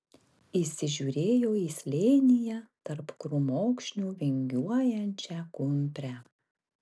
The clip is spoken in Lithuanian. įsižiūrėjo į slėnyje tarp krūmokšnių vingiuojančią kumprę